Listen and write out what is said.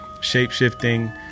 shape-shifting